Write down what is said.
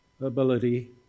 ability